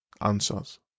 answers